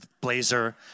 blazer